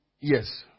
Yes